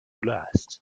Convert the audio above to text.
last